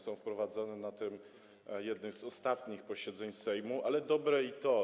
Są wprowadzane na jednym z ostatnich posiedzeń Sejmu, ale dobre i to.